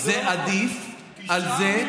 לי זה עדיף על זה,